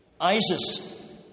Isis